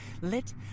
lit